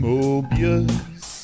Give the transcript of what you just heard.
Mobius